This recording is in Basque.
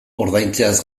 ordaintzeaz